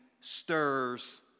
stirs